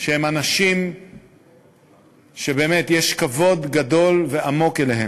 שהם אנשים שבאמת יש כבוד גדול ועמוק אליהם.